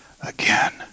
again